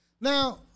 now